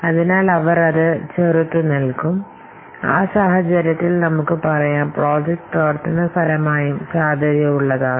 അതിനാൽ അവർ അത് ചെറുത്തുനിൽക്കും ആ സാഹചര്യത്തിൽ നമുക്കു പറയാം പ്രോജക്ട് പ്രവർത്തന പരമായും സാധ്യത ഉള്ളതാണ്